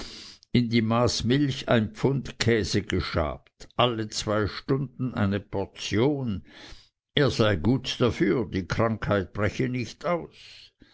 in die maß milch ein pfund käse geschabt alle zwei stunden eine portion er sei gut dafür die krankheit breche nicht aus